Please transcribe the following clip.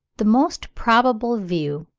the most probable view